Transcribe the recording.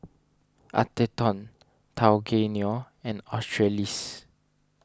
Atherton Tao Kae Noi and Australis